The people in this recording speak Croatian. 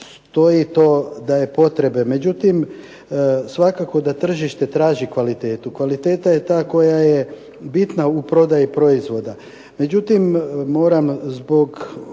stoji to da je potrebe, međutim svakako da tržište traži kvalitetu. Kvaliteta je ta koja je bitna u prodaji proizvoda. Međutim, moram zbog